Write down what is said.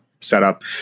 setup